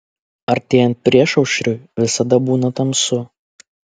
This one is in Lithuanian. artėjant priešaušriui visada būna tamsu